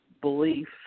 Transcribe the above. belief